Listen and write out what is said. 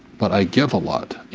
but i give a lot.